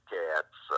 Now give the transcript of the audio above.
cats